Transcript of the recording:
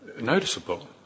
noticeable